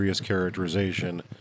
characterization